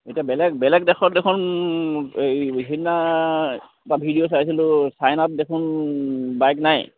এতিয়া বেলেগ বেলেগ দেশত দেখোন এই সেইদিন এটা ভিডিঅ' চাইছিলোঁ চাইনাত দেখোন বাইক নায়ে